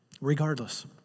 Regardless